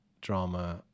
drama